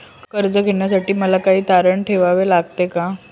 कर्ज घेण्यासाठी मला काही तारण ठेवावे लागेल का?